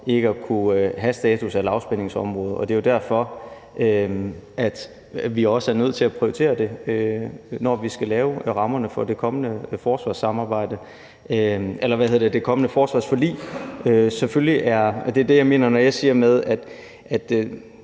ikke at kunne have status af lavspændingsområde. Det er jo derfor, vi også er nødt til at prioritere det, når vi skal lave rammerne for det kommende forsvarsforlig. Det er det, jeg mener, når jeg siger det med, at